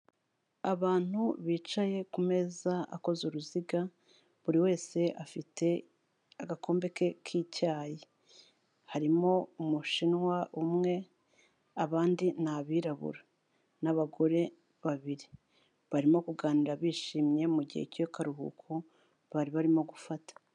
Abantu bicaye ku meza akoze uruziga, buri wese afite agakombe ke k'icyayi, harimo Umushinwa umwe, abandi ni Abirabura n'abagore babiri, barimo kuganira bishimye mu gihe cy'akaruhuko bari barimo gufata.